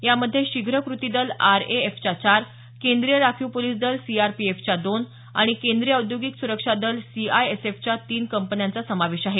यामध्ये शीघ्र कृती दल आर ए एफच्या चार केंद्रीय राखीव पोलिस दल सीआरपीएफच्या दोन आणि केंद्रीय औद्योगिक सुरक्षा दल सीआयएसएफच्या तीन कंपन्यांचा समावेश आहे